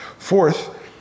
Fourth